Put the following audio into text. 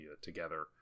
together